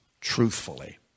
truthfully